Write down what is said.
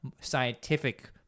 scientific